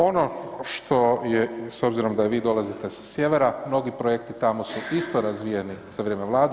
Ono što je, s obzirom da vi dolazite sa sjevera, mnogi projekti tamo su isto razvijeni za vrijeme Vlade.